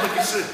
הכיסא נשבר.